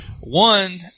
one